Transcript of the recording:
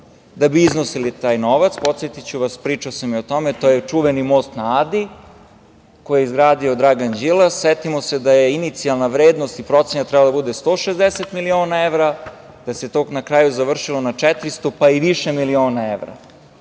da bi iznosili taj novac. Podsetiću vas, pričao sam i o tome, to je čuveni Most na Adi, koji je izgradio Dragan Đilas. Setimo se da je inicijalna vrednost i procena trebala da bude 160 miliona evra i da se to na kraju završilo na 400, pa i više miliona evra. Danas